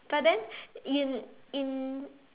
but then in in